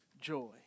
joy